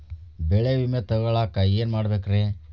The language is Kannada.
ಬೆಳೆ ವಿಮೆ ತಗೊಳಾಕ ಏನ್ ಮಾಡಬೇಕ್ರೇ?